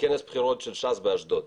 לכנס בחירות של ש"ס באשדוד.